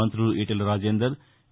మంత్రులు ఈటెల రాజేందర్ వి